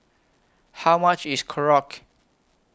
How much IS Korokke